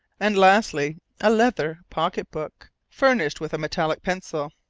and lastly a leather pocket-book furnished with a metallic pencil.